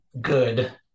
Good